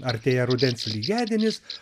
artėja rudens lygiadienis